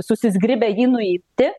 susizgribę jį nuimti